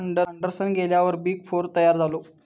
Anderson गेल्यार big four तयार झालो